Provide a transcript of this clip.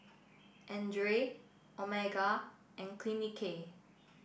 Andre Omega and Clinique